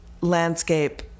landscape